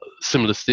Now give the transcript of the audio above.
similar